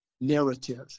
narrative